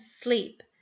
sleep